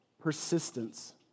persistence